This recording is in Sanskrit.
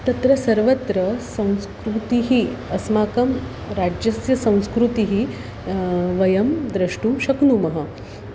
तत्र सर्वत्र संस्कृतिं अस्माकं राज्यस्य संस्कृतिं वयं द्रष्टुं शक्नुमः